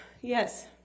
Yes